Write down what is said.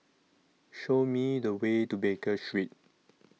Show Me The Way to Baker Street